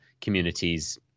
communities—